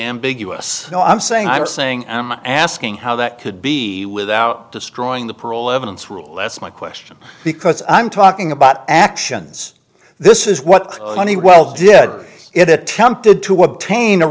ambiguous no i'm saying i'm saying i'm asking how that could be without destroying the parole evidence rule that's my question because i'm talking about actions this is what money well did it attempted to obtain a